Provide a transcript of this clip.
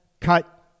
cut